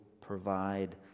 provide